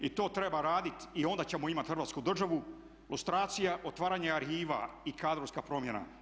I to treba raditi i onda ćemo imati Hrvatsku državu, lustracija, otvaranje arhiva i kadrovska promjena.